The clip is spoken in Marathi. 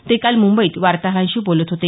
ते काल मुंबईत वार्ताहरांशी बोलत होते